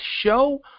show